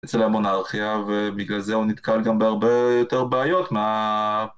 אצל המונרכיה, ובגלל זה הוא נתקל גם בהרבה יותר בעיות מה...